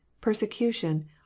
persecution